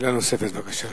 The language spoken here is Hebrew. שאלה נוספת, בבקשה.